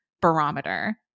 barometer